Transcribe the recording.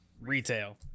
Retail